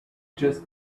just